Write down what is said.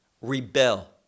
rebel